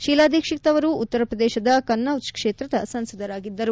ಶೀಲಾ ದೀಕ್ಷಿತ್ ಅವರು ಉತ್ತರ ಪ್ರದೇಶದ ಕನೂಜ್ ಕ್ಷೇತ್ರದ ಸಂಸದರಾಗಿದ್ದರು